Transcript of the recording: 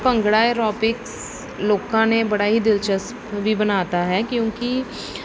bhangra aerobics ਲੋਕਾਂ ਨੇ ਬੜਾ ਹੀ ਦਿਲਚਸਪ ਵੀ ਬਣਾਤਾ ਹੈ ਕਿਉਂਕਿ